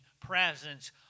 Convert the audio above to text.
presence